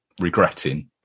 regretting